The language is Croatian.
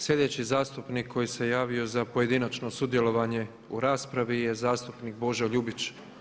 Slijedeći zastupnik koji se javio za pojedinačno sudjelovanje u raspravi je zastupnik Božo Ljubić.